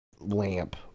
lamp